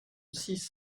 six